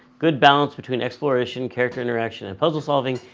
good balance between exploration, character interaction and puzzle solving.